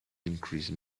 increase